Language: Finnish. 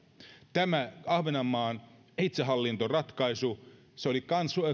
tämä ahvenanmaan itsehallintoratkaisu oli